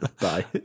Bye